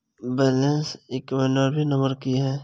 Balance enquiry number की है?